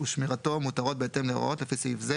ושמירתו מותרות בהתאם להוראות לפי סעיף זה,